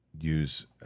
use